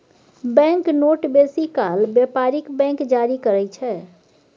bank note बेसी काल बेपारिक बैंक जारी करय छै